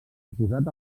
oposat